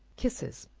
kisses.